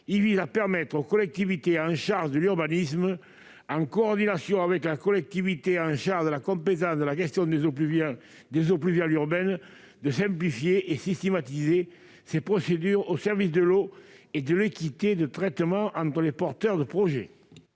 vise à permettre aux collectivités chargées de l'urbanisme, en coordination avec la collectivité chargée de la compétence de la gestion des eaux pluviales urbaines, de simplifier et de systématiser ces procédures au service de l'eau et de l'équité de traitement entre les porteurs de projet.